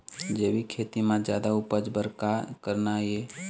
जैविक खेती म जादा उपज बर का करना ये?